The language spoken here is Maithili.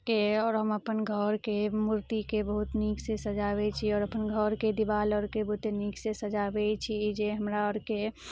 के आओर हम अपन घरके मूर्तिके बहुत नीकसँ सजाबय छी आओर अपन घरके देवाल अरके बहुते नीकसँ सजाबय छी जे हमरा अरके